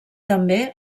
també